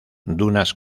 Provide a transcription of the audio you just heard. dunas